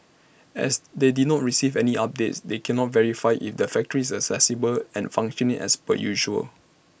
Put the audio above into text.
as they do not received any updates they cannot verify if the factory is accessible and functioning as per usual